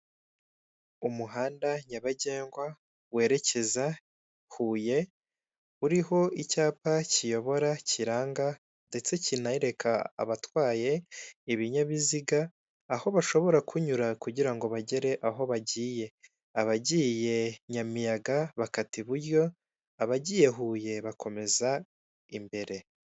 Umuhanda nyabagendwa werekeza Huye uriho icyapa kiyobora kiranga, ndetse kinereka abatwaye ibinyabiziga aho bashobora kunyura, kugira ngo bagere aho bagiye abagiye Nyamiyaga bakata iburyo abagiye Huye bakomeza imbere.